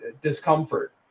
discomfort